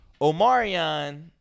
Omarion